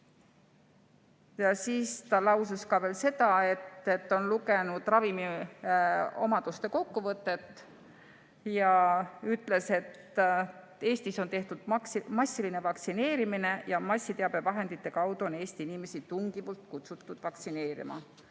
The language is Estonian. Siis ta lausus veel seda, et ta on lugenud ravimiomaduste kokkuvõtet, ja ütles, et Eestis on tehtud massiline vaktsineerimine ja massiteabevahendite kaudu on Eesti inimesi tungivalt kutsutud vaktsineerima.